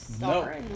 no